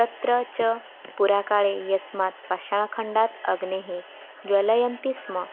तत्र च पुराकाले यस्मात् पाषाणखण्डात् अग्निं ज्वालयन्ति स्म